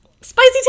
Spicy